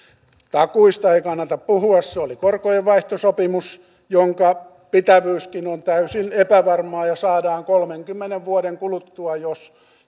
takuista ei kannata puhua se oli korkojenvaihtosopimus jonka pitävyyskin on täysin epävarmaa ja kolmenkymmenen vuoden kuluttua saadaan